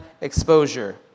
exposure